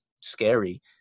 scary